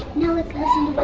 now let's listen